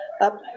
up